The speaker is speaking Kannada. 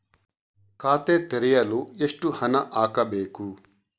ಖಾತೆ ತೆರೆಯಲು ಎಷ್ಟು ಹಣ ಹಾಕಬೇಕು?